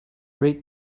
rate